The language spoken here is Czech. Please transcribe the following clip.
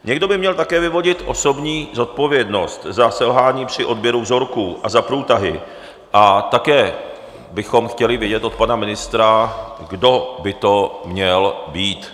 Někdo by měl také vyvodit osobní zodpovědnost za selhání při odběru vzorků a za průtahy a také bychom chtěli vědět od pana ministra, kdo by to měl být.